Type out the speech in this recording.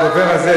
הדובר הזה,